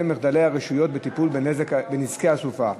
מחדלי הרשויות בטיפול בנזקי הסופה,